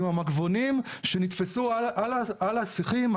עם המגבונים שנתפסו על השיחים,